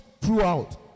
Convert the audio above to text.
throughout